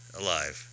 alive